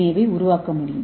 ஏவை உருவாக்க முடியும்